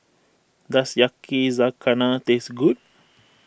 does Yakizakana taste good